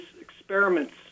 experiments